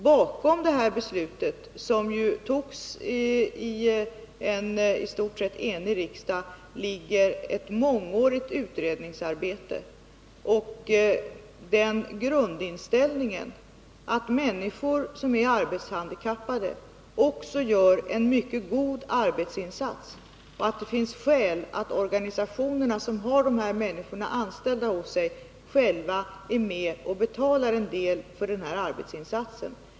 Bakom det beslutet, som ju togs av en i stort sett enig riksdag, ligger ett mångårigt utredningsarbete och den grundinställningen, att människor med arbetshandikapp också gör en mycket god arbetsinsats och att det finns skäl att organisationer, som har dessa människor anställda hos sig, själva är med och betalar en del för denna arbetsinsats.